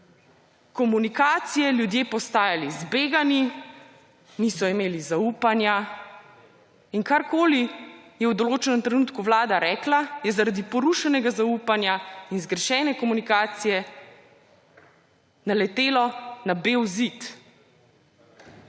komunikacije ljudje postajali zbegani, niso imeli zaupanja. Karkoli je v določenem trenutku Vlada rekla, je zaradi porušenega zaupanja in zgrešene komunikacije naletelo na beli zid.